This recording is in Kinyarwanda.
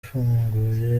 ifunguye